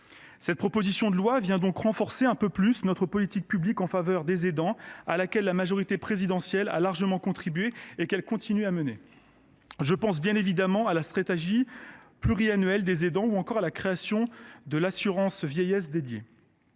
Cette proposition de loi renforce un peu plus encore notre politique publique en faveur des aidants, à laquelle la majorité présidentielle a largement contribué et qu’elle continue de mener. Je pense évidemment à la stratégie pluriannuelle pour les aidants ou encore à la création d’une assurance vieillesse dédiée.